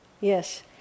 Yes